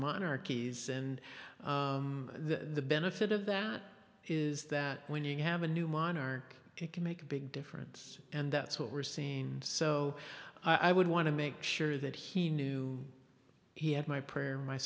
monarchies and the benefit of that is that when you have a new minor can make a big difference and that's what we're seeing so i would want to make sure that he knew he had my prayer my